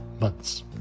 months